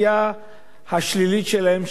ואני לא חושב שמישהו,